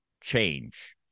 change